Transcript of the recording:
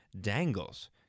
Dangles